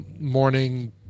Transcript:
morning